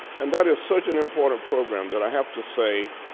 and that is such an important program that i have to say